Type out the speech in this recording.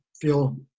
feel